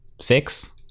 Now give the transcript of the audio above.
six